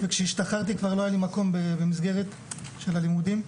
וכשהשתחררתי כבר לא היה לי מקום במסגרת של הלימודים.